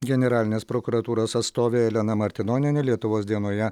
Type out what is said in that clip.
generalinės prokuratūros atstovė elena martinonienė lietuvos dienoje